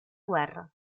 guerra